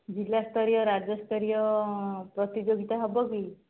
ଜିଲ୍ଲା ସ୍ତରୀୟ ରାଜ୍ୟ ସ୍ତରୀୟ ପ୍ରତିଯୋଗିତା ହେବକି